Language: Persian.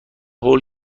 هول